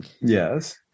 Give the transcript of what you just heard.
yes